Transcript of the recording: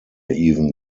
even